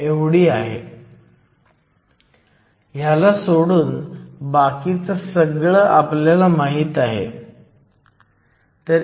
तर आपण मूल्यांमध्ये भरू शकतो जेणेकरून आपल्याला n 5